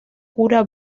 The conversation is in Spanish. cura